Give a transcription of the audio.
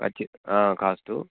cost